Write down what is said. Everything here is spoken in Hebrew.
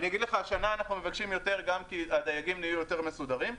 השנה אנחנו מבקשים יותר גם כי הדייגים נהיו יותר מסודרים.